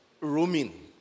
roaming